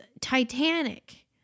Titanic